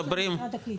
משרד הקליטה משלמים יותר.